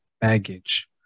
baggage